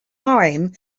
time